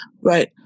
right